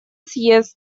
съезд